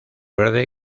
verde